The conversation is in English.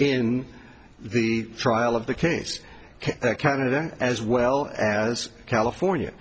in the trial of the case canada as well as california